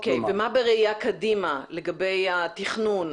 מה בראייה קדימה לגבי התכנון,